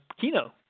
Kino